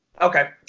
Okay